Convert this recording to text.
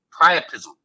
Priapism